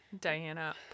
diana